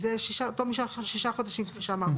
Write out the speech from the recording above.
זה מתום שישה חודשים, כפי שאמרנו.